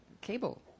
cable